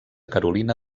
carolina